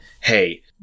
hey